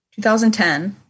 2010